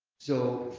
so,